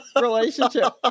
relationship